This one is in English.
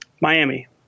Miami